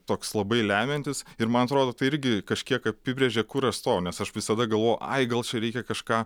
toks labai lemiantis ir man atrodo tai irgi kažkiek apibrėžė kur aš stojau nes aš visada galvojau ai gal čia reikia kažką